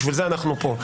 בשביל זה אנחנו פה.